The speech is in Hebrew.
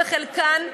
וחלקן,